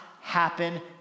happen